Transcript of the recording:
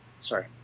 Sorry